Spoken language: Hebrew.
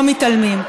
או מתעלמים.